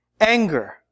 anger